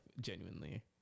genuinely